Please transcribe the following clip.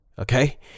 Okay